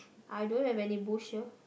I don't have any bush here